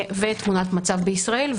ותמונת מצב בישראל,